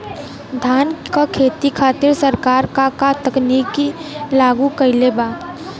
धान क खेती खातिर सरकार का का तकनीक लागू कईले बा?